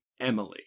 Emily